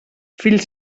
fill